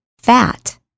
fat